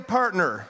partner